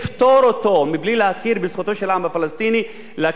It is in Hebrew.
העם הפלסטיני להקים את מדינתו בגבולות 67',